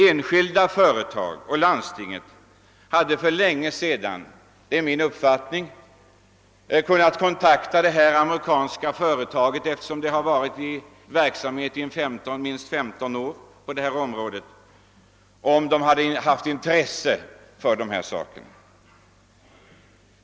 En skilda företag och landsting hade för länge sedan — det är min uppfattning — kunnat kontakta detta amerikanska företag, eftersom det har varit i verksamhet minst 15 år, om de hade haft intresse för det.